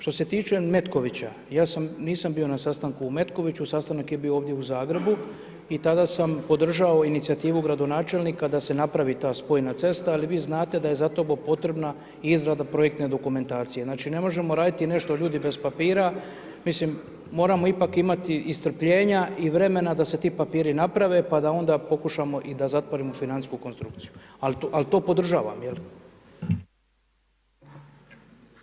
Što se tiče Metkovića ja sam, nisam bio na sastanku u Metkoviću, sastanak je bio ovdje u Zagrebu i tada sam podržao inicijativu gradonačelnika da se napravi ta spojna cesta ali vi znate da je za to potreba izrada projektne dokumentacije, ne možemo nešto raditi ljudi bez papira, mislim moramo ipak imati i strpljenja i vremena da se ti papiri naprave, pa da onda pokušamo i da zatvorimo financijsku konstrukciju, al to podržavam jel.